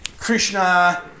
Krishna